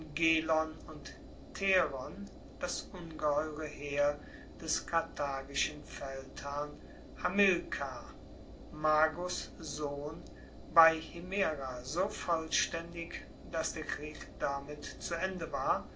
und theron das ungeheure heer des karthagischen feldherrn hamilkar magos sohn bei himera so vollstaendig dass der krieg damit zu ende war